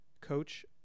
Coach